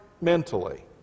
mentally